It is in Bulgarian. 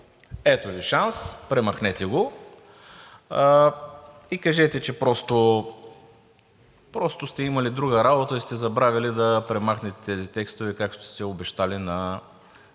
Ето Ви шанс, премахнете го и кажете, че просто сте имали друга работа и сте забравили да премахнете тези текстове, както сте обещали на